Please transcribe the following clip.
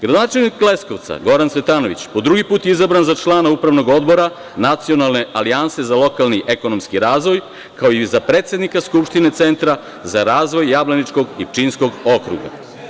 Gradonačelnik Leskovca Goran Cvetanović po drugi put je izabran za člana Upravnog odbora Nacionalne alijanse za lokalni ekonomski razvoj, kao i za predsednika Skupštine, Centra za razvoj Jablaničkog i Pčinjskog okruga.